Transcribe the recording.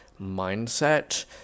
mindset